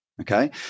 Okay